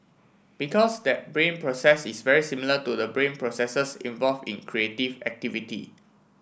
because that brain process is very similar to the brain processes involve in creative activity